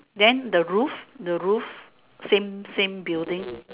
then the roof the roof same same building